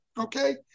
okay